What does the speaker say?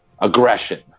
Aggression